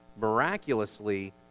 miraculously